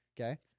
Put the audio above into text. Okay